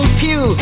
pew